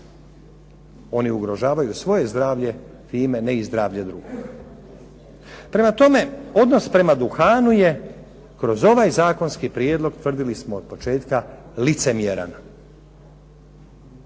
Oni ugrožavaju svoje zdravlje time ne i zdravlje drugih. Prema tome, odnos prema duhanu je kroz ovaj zakonski prijedlog tvrdili smo od početka licemjeran.